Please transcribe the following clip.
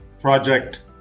project